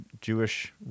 Jewish